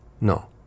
No